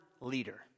leader